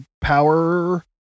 power